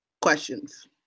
questions